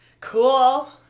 Cool